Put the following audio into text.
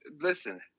listen